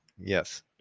Yes